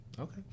Okay